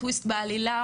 במסגרת ה'טוויסט' בעלילה,